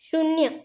शून्य